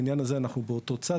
בעניין הזה אנחנו באותו צד.